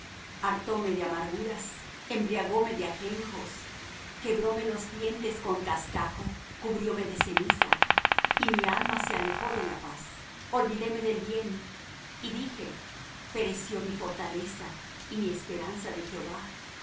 hartóme de amarguras embriagóme de ajenjos quebróme los dientes con cascajo cubrióme de ceniza y mi alma se alejó de la paz olvidéme del bien y dije pereció mi fortaleza y mi esperanza de jehová